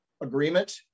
agreement